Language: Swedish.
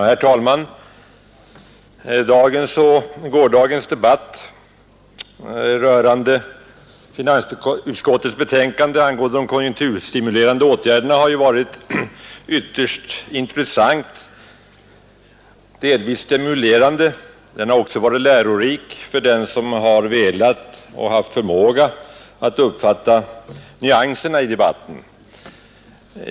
Herr talman! Dagens och gårdagens debatt om finansutskottets betänkande angående de konjunkturbefrämjande åtgärderna har varit ytterst intressant och delvis stimulerande. Den har också varit lärorik för den som har velat och haft förmåga att uppfatta nyanserna i debatten.